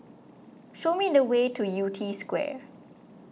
show me the way to Yew Tee Square